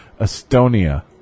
Estonia